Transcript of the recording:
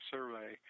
Survey